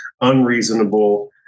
unreasonable